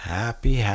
happy